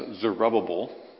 Zerubbabel